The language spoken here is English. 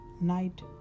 night